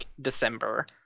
December